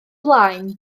blaen